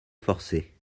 forcés